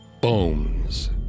bones